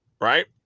right